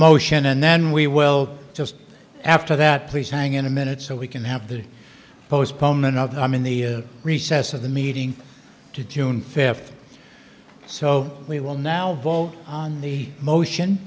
motion and then we will just after that please hang in a minute so we can have the postponement of them in the recess of the meeting to june fifth so we will now vote on the motion